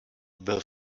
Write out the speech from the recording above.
byl